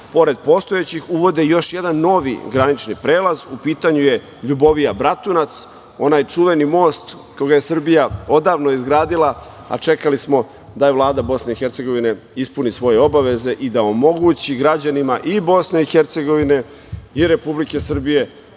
pored postojećih uvode još jedan novi granični prelaz. U pitanju je Ljubovija – Bratunac, onaj čuveni most koga je Srbija odavno izgradila, a čekali smo da Vlada Bosne i Hercegovine ispuni svoje obaveze i da omogući građanima i BiH i Republike Srbije